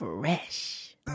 fresh